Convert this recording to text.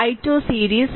5 ആണ്